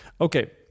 Okay